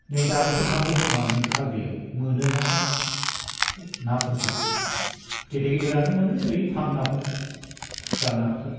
नै दाबोसो थांदोखोमा नै खाल दैयाव मोनोना नाफोरखो गेदेर गेदेरानो मोनो ओय फांनाफोर खुस्रा नाफोर